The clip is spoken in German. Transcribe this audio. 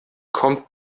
kommt